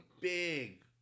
big